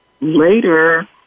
later